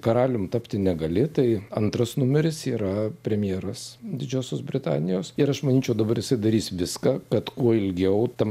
karalium tapti negali tai antras numeris yra premjeras didžiosios britanijos ir aš manyčiau dabar jisai darys viską kad kuo ilgiau tam